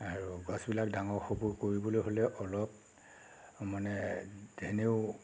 আৰু গছবিলাক ডাঙৰ ওখ কৰিবলৈ হ'লে অলপ মানে তেনেও